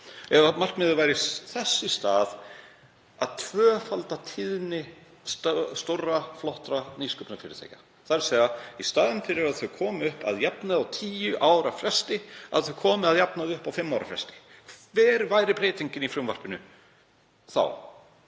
ef markmiðið væri þess í stað að tvöfalda tíðni stórra, flottra nýsköpunarfyrirtækja, þ.e. í staðinn fyrir að þau komi upp að jafnaði á tíu ára fresti að þau komi að jafnaði upp á fimm ára fresti? Hver væri breytingin í frumvarpinu þá?